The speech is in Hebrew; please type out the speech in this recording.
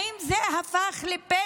האם גם זה הפך לפשע,